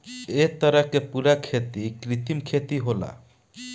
ए तरह के पूरा खेती कृत्रिम खेती होला